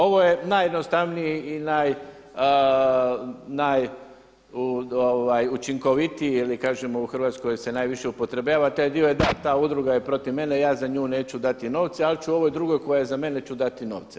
Ovo je najjednostavniji i najučinkovitiji ili kažemo u Hrvatskoj se najviše upotrebljava taj dio je, da ta udruga je protiv mene i ja za nju neću dati novce, ali ću ovoj drugoj koja je za mene ću dati novce.